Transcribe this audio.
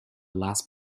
last